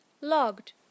Logged